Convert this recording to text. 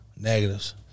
negatives